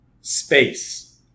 space